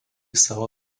savo